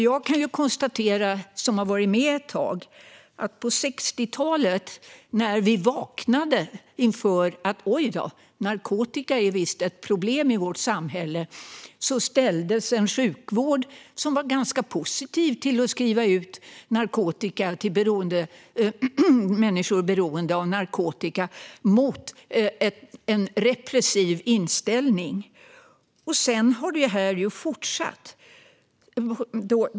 Jag, som har varit med ett tag, kan konstatera att på 60-talet - när vi vaknade för att narkotika var ett problem i vårt samhälle - ställdes en sjukvård som var ganska positiv till att skriva ut narkotika till människor som var beroende av narkotika mot en repressiv inställning. Sedan har detta fortsatt.